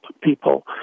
people